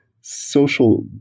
social